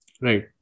right